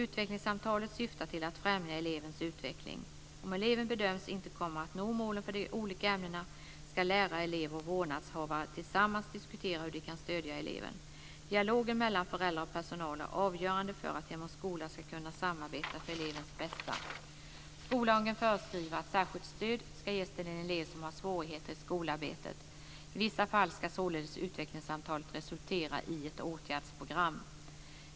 Utvecklingssamtalet syftar till att främja elevens utveckling. Dialogen mellan föräldrarna och personalen är avgörande för att hem och skola ska kunna samarbeta för elevens bästa. Skollagen föreskriver att särskilt stöd ska ges till en elev som har svårigheter i skolarbetet. I vissa fall ska således utvecklingssamtalet resultera i ett åtgärdsprogram.